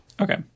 okay